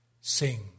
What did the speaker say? sing